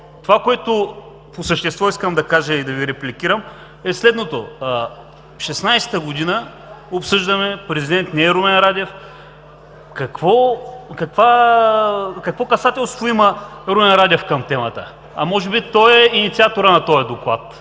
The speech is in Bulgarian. Това, което по същество искам да кажа и да Ви репликирам, е следното: 2016 г. обсъждаме, президент не е Румен Радев. Какво касателство има Румен Радев към темата? А може би той е инициаторът на този Доклад,